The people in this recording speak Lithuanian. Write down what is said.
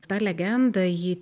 ta legenda ji